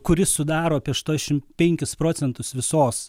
kuris sudaro apie aštuoniasdešim penkis procentus visos